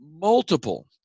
multiple